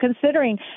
considering